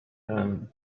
and